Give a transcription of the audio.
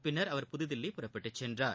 பின்னர் அவர் புதுதில்லி புறப்பட்டு சென்றார்